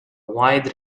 wide